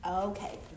Okay